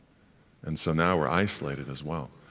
and so now we're isolated as well.